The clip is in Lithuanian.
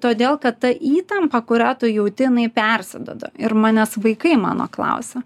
todėl kad ta įtampa kurią tu jauti jinai persiduoda ir manęs vaikai mano klausia